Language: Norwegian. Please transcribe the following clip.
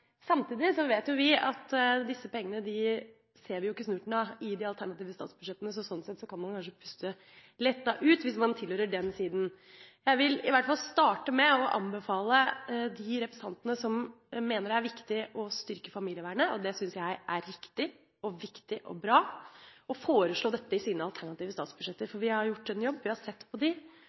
vi at disse pengene ser vi ikke snurten av i de alternative statsbudsjettene, så sånn sett kan man kanskje puste lettet ut hvis man tilhører den siden. Jeg vil i hvert fall starte med å anbefale de representantene som mener det er viktig å styrke familievernet – og det syns jeg er riktig og viktig og bra – å foreslå dette i sine alternative statsbudsjetter, for vi har gjort en jobb og sett på